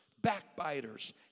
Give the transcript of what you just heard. backbiters